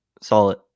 solid